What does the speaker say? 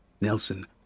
Nelson